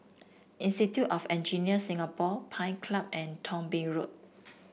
Institute of Engineers Singapore Pine Club and Thong Bee Road